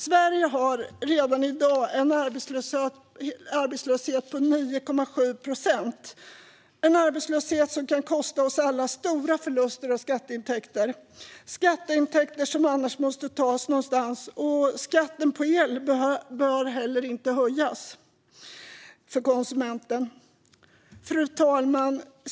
Sverige har redan i dag en arbetslöshet på 9,7 procent, en arbetslöshet som kan kosta oss alla stora förluster av skatteintäkter, skatteintäkter som måste tas någonstans. Och skatten på el bör inte heller höjas för konsumenten. Fru talman!